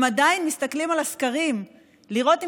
הם עדיין מסתכלים על הסקרים לראות אם